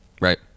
right